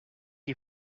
you